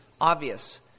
obvious